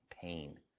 pain